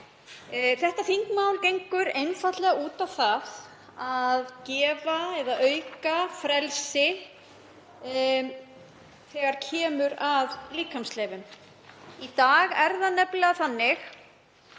Þetta þingmál gengur einfaldlega út á það að gefa eða auka frelsi þegar kemur að líkamsleifum. Í dag erum við með frekar